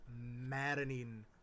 maddening